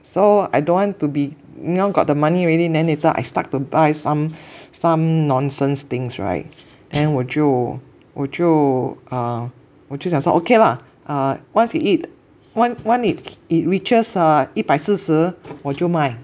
so I don't want to be you know got the money already then later I start to buy some some nonsense things right then 我就我就啊我就想说 ok lah err once it reach once once it it reaches 一百四十我就卖